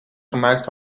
gemaakt